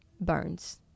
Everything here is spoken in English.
burns